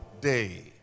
day